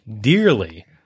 dearly